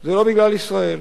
זה לא בגלל ישראל,